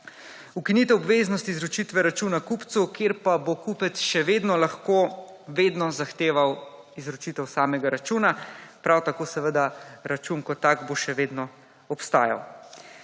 Ukinitev obveznosti izročitve računa kupcu kje pa bo kupec še vedno lahko vedno zahteval izročitev samega računa. Prav tako seveda račun kot tak bo še vedno obstajal.